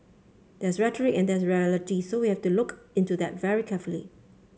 there's rhetoric and there's reality so we have to look into that very carefully